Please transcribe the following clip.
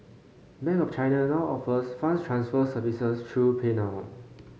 bank of China now offers funds transfer services through PayNow